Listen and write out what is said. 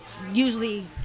Usually